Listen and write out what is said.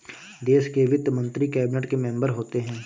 देश के वित्त मंत्री कैबिनेट के मेंबर होते हैं